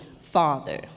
father